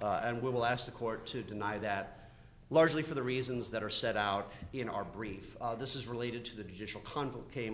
and we will ask the court to deny that largely for the reasons that are set out in our brief this is related to the judicial c